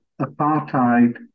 apartheid